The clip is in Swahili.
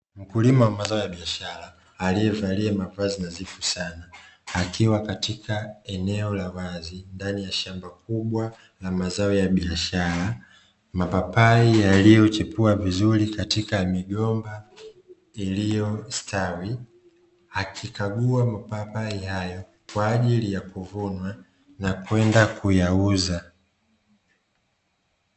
Mkulima wa mazao ya biashara aliyevalia mavazi nadhifu sana, akiwa katika eneo la wazi ndani ya shamba kubwa la mazao ya biashara mapapai yaliyochipua vizuri katika migomba, iliyostawi akikagua mapapai hayo kwa ajili ya kuvunwa na kwenda kuyauza.